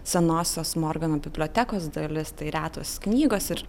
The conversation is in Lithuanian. senosios morgano bibliotekos dalis tai retos knygos ir